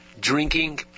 drinking